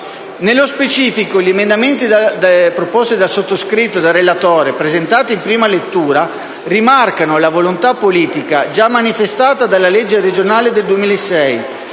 Nello specifico, gli emendamenti proposti dal sottoscritto e dal relatore e presentati in prima lettura rimarcano la volontà politica già manifestata dalla legge regionale del 2006;